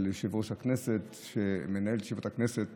יושב-ראש הכנסת שמנהל את ישיבות הכנסת